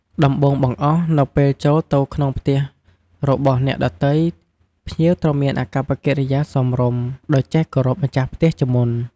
ដំបូងបង្អស់ នៅពេលចូលទៅក្នុងផ្ទះរបស់អ្នកដទៃ ភ្ញៀវត្រូវមានអាកប្បកិរិយាសមរម្យ ដោយចេះគោរពម្ចាស់ផ្ទះជាមុន។